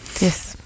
yes